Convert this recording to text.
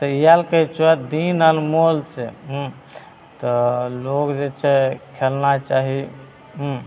तऽ इएहले कहै छिअऽ दिन अनमोल छै हुँ तऽ लोक जे छै खेलनाइ चाही हुँ